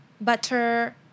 butter